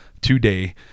today